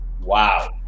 Wow